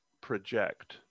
project